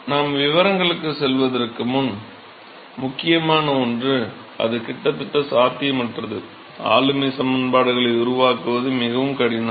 நாம் விவரங்களுக்குச் செல்வதற்கு முன் முக்கியமான விஷயங்களில் ஒன்று அது கிட்டத்தட்ட சாத்தியமற்றது ஆளுமை சமன்பாடுகளை உருவாக்குவது மிகவும் கடினம்